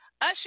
Usher